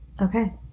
Okay